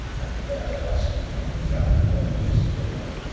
and may i ask if you have found one? said the lion.